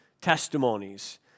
testimonies